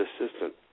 assistant